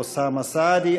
אוסאמה סעדי,